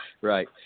Right